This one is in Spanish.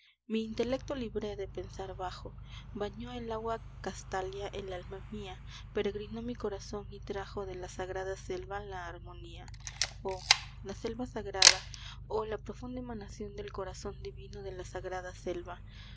mi intelecto libré de pensar bajo bañó el agua castalia el alma mía peregrinó mi corazón y trajo de la sagrada selva la armonía oh la selva sagrada oh la profunda emanación del corazón divino de la sagrada selva